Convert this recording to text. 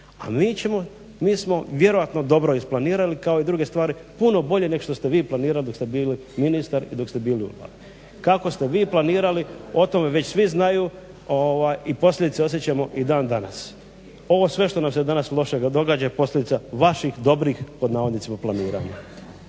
A mi smo vjerojatno dobro isplanirali kao i druge stvari puno bolje nego što ste vi planirali ministar i dok ste bili u Vladi. Kako ste vi planirali o tome već svi znaju i posljedice osjećamo i dan danas. Ovo sve što nam se danas lošega događa je posljedica vaših "dobrih planiranja".